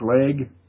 leg